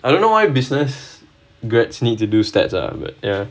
I don't know why business grads needs to do statistics ah but ya